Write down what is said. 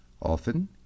Often